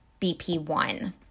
bp1